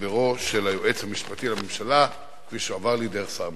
הסברו של היועץ המשפטי לממשלה כפי שהועבר לי דרך שר המשפטים.